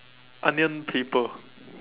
onion paper